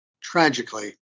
tragically